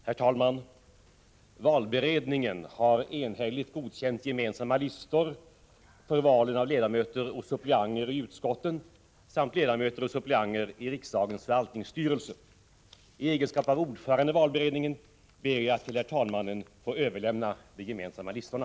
Herr talman! Valberedningen har enhälligt godkänt gemensamma listor för valen av ledamöter och suppleanter i utskotten samt ledamöter och suppleanter i riksdagens förvaltningsstyrelse. I egenskap av ordförande i valberedningen ber jag att till herr talmannen få överlämna de gemensamma listorna.